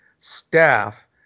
staff